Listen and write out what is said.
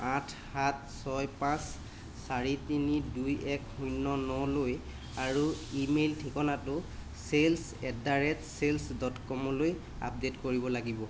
আঠ সাত ছয় পাঁচ চাৰি তিনি দুই এক শূন্য নলৈ আৰু ইমেইল ঠিকনাটো sales at the rate sales dot ক'মলৈ আপডে'ট কৰিব লাগিব